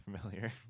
familiar